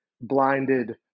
blinded